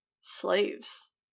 Slaves